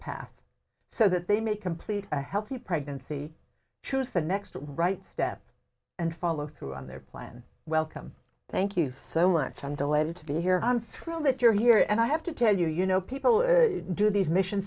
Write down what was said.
path so that they may complete a healthy pregnancy choose the next right step and follow through on their plan welcome thank you so much i'm delighted to be here i'm thrilled that you're here and i have to tell you you know people do these mission